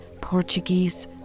Portuguese